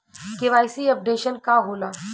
KYC updation का होला?